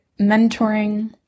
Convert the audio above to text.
mentoring